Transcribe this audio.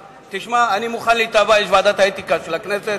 תשמע, אני מוכן להיתבע, יש ועדת האתיקה של הכנסת.